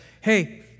Hey